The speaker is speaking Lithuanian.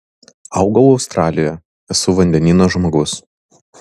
augau australijoje esu vandenyno žmogus